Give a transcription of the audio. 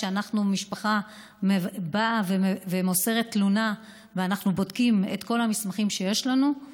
כשמשפחה באה ומוסרת תלונה ואנחנו בודקים את כל המסמכים שיש לנו,